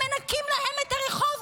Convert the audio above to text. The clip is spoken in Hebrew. הם מנקים להם את הרחוב,